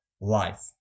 life